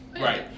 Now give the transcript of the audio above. Right